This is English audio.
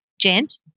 gent